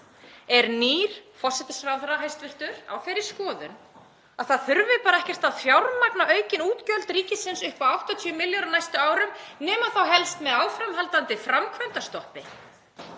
Er nýr hæstv. forsætisráðherra á þeirri skoðun að það þurfi bara ekkert að fjármagna aukin útgjöld ríkisins upp á 80 milljarða á næstu árum nema þá helst með áframhaldandi framkvæmdastoppi?